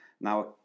Now